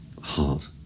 heart